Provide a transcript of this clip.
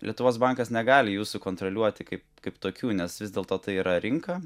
lietuvos bankas negali jų sukontroliuoti kaip kaip tokių nes vis dėlto tai yra rinka